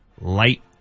light